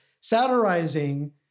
satirizing